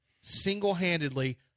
single-handedly